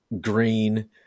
Green